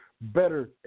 better